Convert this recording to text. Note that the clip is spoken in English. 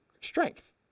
strength